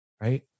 Right